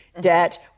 debt